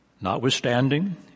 Notwithstanding